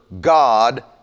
God